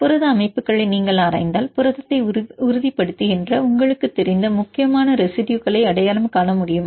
புரத அமைப்புகளை நீங்கள் ஆராய்ந்தால் புரதத்தை உறுதிப்படுத்துகின்ற உங்களுக்குத் தெரிந்த முக்கியமான ரெசிடுயுகளை அடையாளம் காண முடியுமா